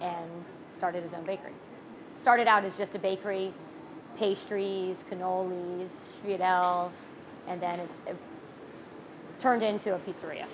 and started his own bakery started out as just a bakery pastries canola news and then it's turned into a pizzeria